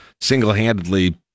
single-handedly